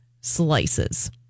slices